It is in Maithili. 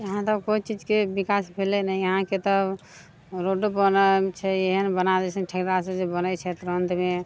इहाँ तऽ कोइ चीजके विकास भेलै नहि इहाँके तऽ रोडो बनाओल छै एहन बना दै छै ठेकेदार सभ जे बनै छै तुरन्तमे